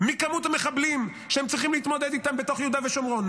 מכמות המחבלים שהם צריכים להתמודד איתם בתוך יהודה ושומרון.